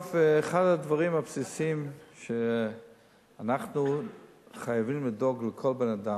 אחד הדברים הבסיסיים שאנחנו חייבים לדאוג לכל בן-אדם,